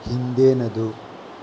ಹಿಂದಿನದು